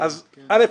לנו